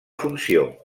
funció